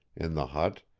in the hut,